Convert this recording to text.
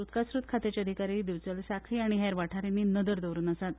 उदका स्रोत खात्याचे अधिकारी दिवचल सांखळी आनी हेर वाठारांनी नदर दवरून आसात